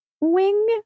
Wing